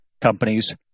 companies